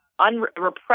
unrepressed